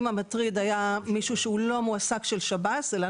אם המטריד היה מישהו שלא מועסק של שב"ס אלא,